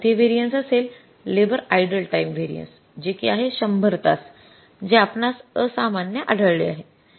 आणि चौथे व्हेरिएन्स असेल लेबर आइडल टाईम व्हेरिएन्स जे कि आहे १०० तास जे आपणास असामान्य आढळले आहे